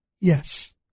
yes